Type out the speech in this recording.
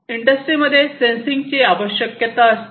इंडस्ट्रीमध्ये सेन्सिंग ची आवश्यकता असते